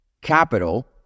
capital